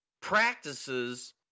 practices